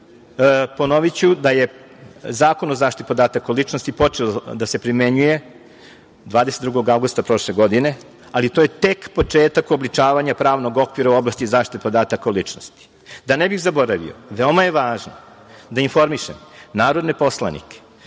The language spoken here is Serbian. ponoviću da je Zakon o zaštiti podataka o ličnosti počeo da se primenjuje 22. avgusta prošle godine, ali to je tek početak uobličavanja pravnog okvira u oblasti zaštite podataka o ličnosti. Da ne bih zaboravio, veoma je važno da informišemo narodne poslanike